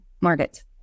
market